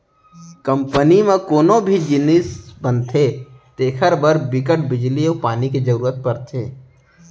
company म कोनो भी जिनिस बनथे तेखर बर बिकट बिजली अउ पानी के जरूरत परथे